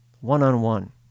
one-on-one